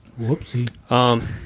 Whoopsie